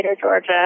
Georgia